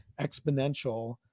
exponential